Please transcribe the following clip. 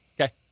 Okay